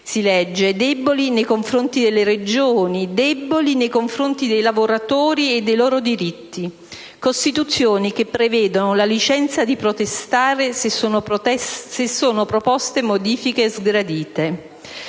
si legge - deboli nei confronti delle Regioni, dei lavoratori e dei loro diritti; Costituzioni che prevedono la licenza di protestare se sono proposte modifiche sgradite.